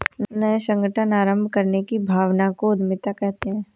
नये संगठन आरम्भ करने की भावना को उद्यमिता कहते है